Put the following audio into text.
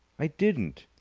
i didn't.